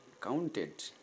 counted